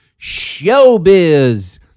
showbiz